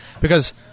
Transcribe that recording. because-